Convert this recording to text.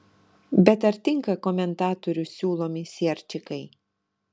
bet ar tinka komentatorių siūlomi sierčikai